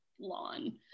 lawn